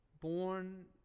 Born